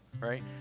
right